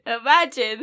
imagine